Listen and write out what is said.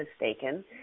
mistaken